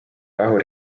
rahu